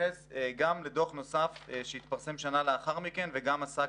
ונתייחס גם לדוח נוסף שהתפרסם שנה לאחר מכן וגם עסק